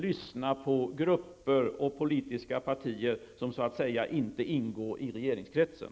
Det skall bli intressant att få höra en kommentar från Per Westerberg på den punkten.